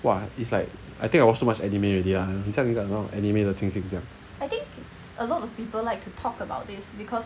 !wah! it's like I think I watch too much anime already lah 很像 anime the 情形这样